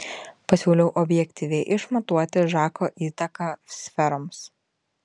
pasiūlau objektyviai išmatuoti žako įtaką sferoms